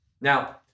Now